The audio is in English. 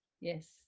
Yes